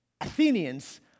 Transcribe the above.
Athenians